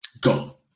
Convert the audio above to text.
go